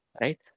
Right